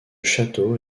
château